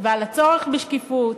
ועל הצורך בשקיפות.